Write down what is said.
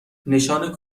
نشان